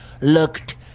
looked